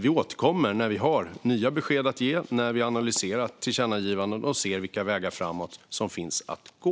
Vi återkommer när vi har nya besked att ge efter att ha analyserat tillkännagivanden och ser vilka vägar framåt som finns att gå.